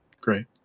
great